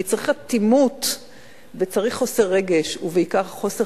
כי צריך אטימות וצריך חוסר רגש ובעיקר חוסר